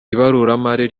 ibaruramari